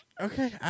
Okay